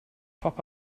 pop